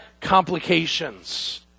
complications